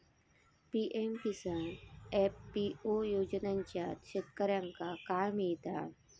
PM Kisan FPO योजनाच्यात शेतकऱ्यांका काय मिळता?